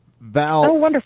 Val